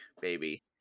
baby